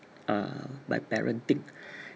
err by parenting